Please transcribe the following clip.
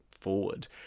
forward